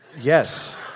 Yes